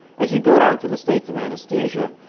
as you go down through the states of anesthesia,